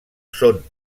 són